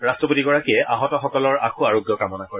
ৰট্টপতিগৰাকীয়ে আহতসকলৰ আশু আৰোগ্যও কামনা কৰে